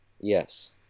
Yes